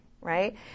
right